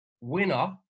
Winner